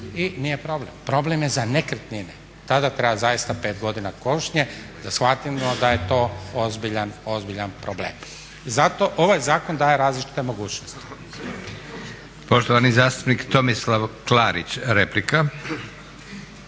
i nije problem. Problem je za nekretnine, tada treba zaista 5 godina kušnje da shvatimo da je to ozbiljan, ozbiljan problem. I zato ovaj zakon daje različite mogućnosti. **Leko, Josip (SDP)** Poštovani zastupnik Tomislav Klarić, replika.